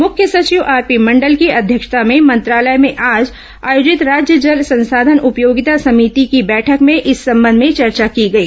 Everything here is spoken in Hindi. मुख्य सचिव आरपी मंडल की अध्यक्षता में मंत्रालय में आज आयोजित राज्य जल संसाधन उपयोगिता समिति की बैठक में इस संबंध में चर्चा की गई